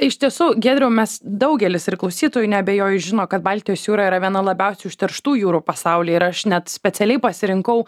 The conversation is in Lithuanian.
iš tiesų giedriau mes daugelis klausytojų neabejoju žino kad baltijos jūra yra viena labiausiai užterštų jūrų pasaulyje ir aš net specialiai pasirinkau